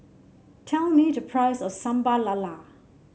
tell me the price of Sambal Lala